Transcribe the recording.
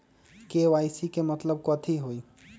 KYC के मतलब कथी होई?